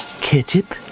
Ketchup